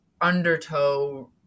undertow